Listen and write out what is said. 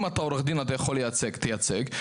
אם אתה עו"ד ואתה יכול לייצג תייצג,